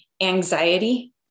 anxiety